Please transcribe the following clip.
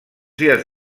dies